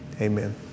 Amen